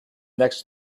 next